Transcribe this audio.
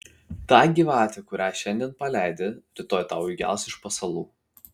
ta gyvatė kurią šiandien paleidi rytoj tau įgels iš pasalų